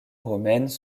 romaines